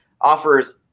offers